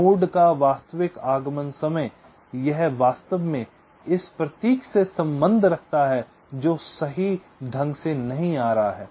node का वास्तविक आगमन समय यह वास्तव में इस प्रतीक से सम्बन्ध रखता है जो सही ढंग से नहीं आ रहा है